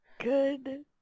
good